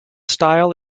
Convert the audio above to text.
style